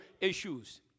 issues